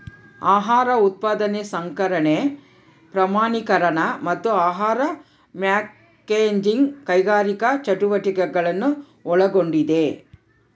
ಆಹಾರ ಉತ್ಪಾದನೆ ಸಂಸ್ಕರಣೆ ಪ್ರಮಾಣೀಕರಣ ಮತ್ತು ಆಹಾರ ಪ್ಯಾಕೇಜಿಂಗ್ ಕೈಗಾರಿಕಾ ಚಟುವಟಿಕೆಗಳನ್ನು ಒಳಗೊಂಡಿದೆ